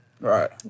Right